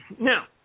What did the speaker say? Now